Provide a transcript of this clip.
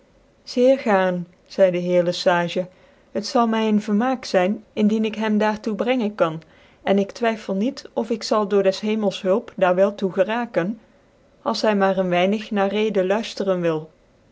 sccr gaarn zeidc de heer lc sage het zal my een vermaak zyn indien ik hem daar toe brengen kan en ik twyffel niet of ik zal door des hemels hulp daar wel toe geraken als hy maar een weinig na reden uiiftcrcn wil